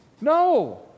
No